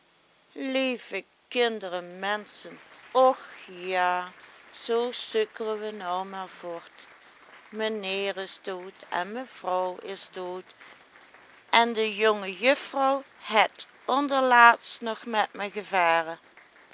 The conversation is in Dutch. lieve kinderen menschen och ja zoo sukkelen we nou maar vort menheer is dood en mevrouw is dood en de jonge juffrouw het onderlaatst nog met me gevaren